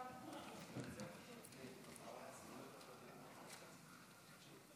ההצעה להעביר את הנושא לוועדת הכספים נתקבלה.